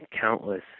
countless